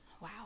Wow